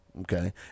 Okay